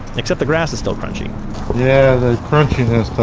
except the grass is still crunchy yeah. the crunchiness